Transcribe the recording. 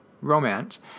romance